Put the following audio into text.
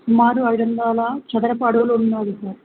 కుుమారు అఐడందాల చదరపాడలు ఉన్నాది సార్